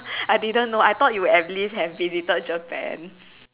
I didn't know I thought you would at least have visited Japan